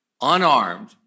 unarmed